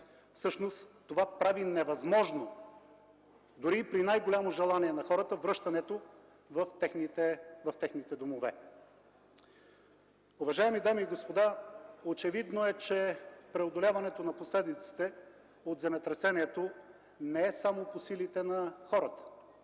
Всъщност това прави невъзможно, дори при най-голямо желание на хората, връщането им в техните домове. Уважаеми дами и господа, очевидно е, че преодоляването на последиците от земетресението не е само по силите на хората.